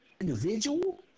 individual